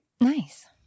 Nice